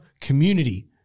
Community